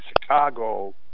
Chicago